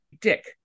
dick